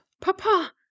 Papa